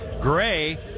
gray